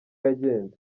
yagenze